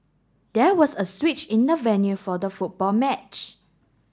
there was a switch in the venue for the football match